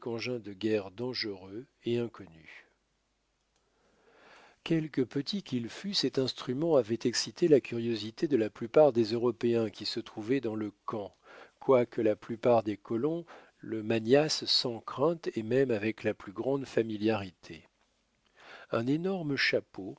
de guerre dangereux et inconnu quelque petit qu'il fût cet instrument avait excité la curiosité de la plupart des européens qui se trouvaient dans le camp quoique la plupart des colons le maniassent sans crainte et même avec la plus grande familiarité un énorme chapeau